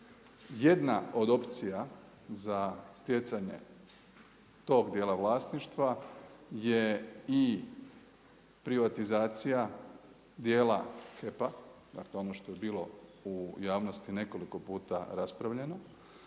Jedna od opcija za stjecanje tog dijela vlasništva je i privatizacija dijela HEP-a, dakle ono što je bilo u javnosti nekoliko puta raspravljeno,